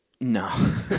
No